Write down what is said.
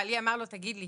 בעלי אמר לו: תגיד לי,